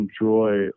enjoy